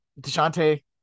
Deshante